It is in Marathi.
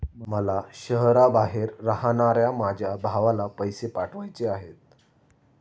मला शहराबाहेर राहणाऱ्या माझ्या भावाला पैसे पाठवायचे आहेत